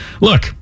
Look